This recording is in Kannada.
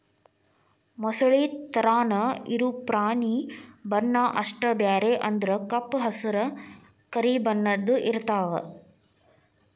ಮೊಸಳಿ ತರಾನ ಇರು ಪ್ರಾಣಿ ಬಣ್ಣಾ ಅಷ್ಟ ಬ್ಯಾರೆ ಅಂದ್ರ ಕಪ್ಪ ಹಸರ, ಕರಿ ಬಣ್ಣದ್ದು ಇರತಾವ